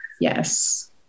Yes